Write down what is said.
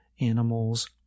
animals